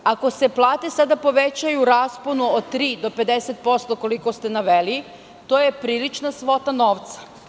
Ako se plate sada povećajuu rasponu od 3% do 50% koliko ste naveli, to je prilična svota novca.